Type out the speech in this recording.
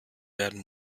werden